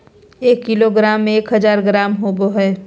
एक किलोग्राम में एक हजार ग्राम होबो हइ